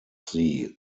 sie